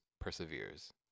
perseveres